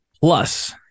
Plus